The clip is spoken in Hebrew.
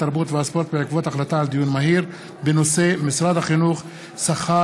התרבות והספורט בעקבות דיון מהיר בהצעת חברי הכנסת מאיר כהן,